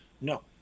No